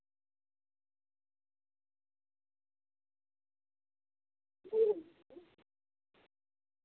अं